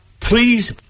Please